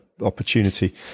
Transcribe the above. opportunity